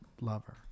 lover